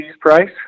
price